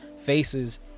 faces